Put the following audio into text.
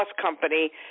company